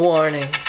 Warning